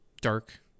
dark